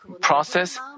process